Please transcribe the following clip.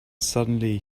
suddenly